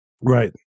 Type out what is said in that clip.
Right